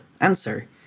answer